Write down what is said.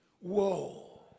Whoa